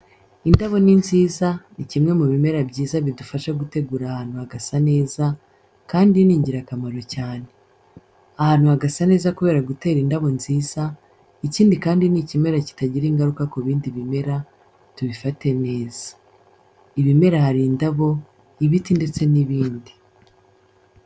Indabo ni nziza, ni kimwe mu bimera byiza bidufasha gutegura ahantu hagasa neza, kandi ni ingirakamaro cyane. Ahantu hagasa neza kubera gutera indabo nziza, ikindi kandi ni ikimera kitagira ingaruka ku bindi bimera, tubifate neza. Ibimera hari indabo, ibiti ndetse n'ibindi.